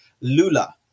Lula